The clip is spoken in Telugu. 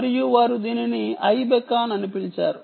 మరియు వారు దీనిని ఐబెకాన్ అని పిలిచారు